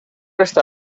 esta